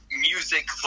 music